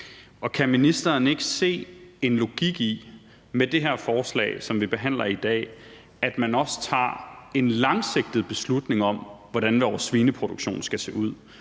Kan ministeren ikke se logikken i, at man med det her forslag, som vi behandler i dag, også tager en langsigtet beslutning om, hvordan vores svineproduktion skal se ud?